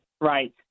right